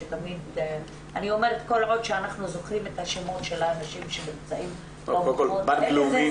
כל עוד שאנחנו זוכרים את השמות של האנשים שנמצאים במקומות האלה,